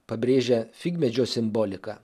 pabrėžia figmedžio simbolika